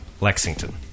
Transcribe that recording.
Lexington